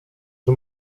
czy